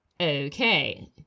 Okay